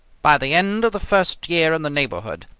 by the end of the first year in the neighbourhood,